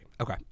Okay